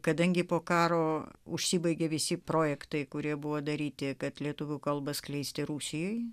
kadangi po karo užsibaigė visi projektai kurie buvo daryti kad lietuvių kalba skleisti rusijoj